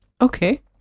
Okay